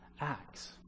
acts